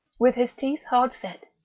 with his teeth hard set,